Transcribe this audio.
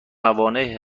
موانع